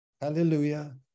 hallelujah